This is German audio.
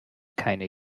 keine